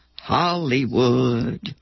Hollywood